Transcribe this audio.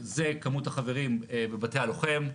זה כמות החברים בבתי הלוחם,